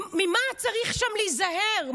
ממה צריך שם להיזהר?